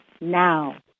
now